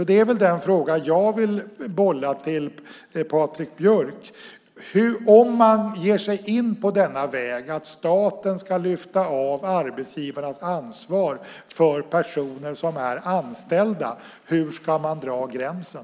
Det är väl den frågan jag vill bolla till Patrik Björck: Om man ger sig in på denna väg, att staten ska lyfta av arbetsgivarnas ansvar för personer som är anställda, hur ska man då dra gränsen?